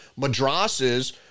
madrasas